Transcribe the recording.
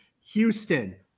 houston